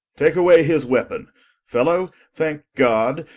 take away his weapon fellow thanke god,